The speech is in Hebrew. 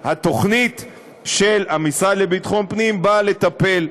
התוכנית של המשרד לביטחון פנים באה לטפל.